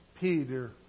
Peter